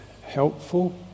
helpful